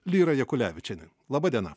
lyra jakulevičienė laba diena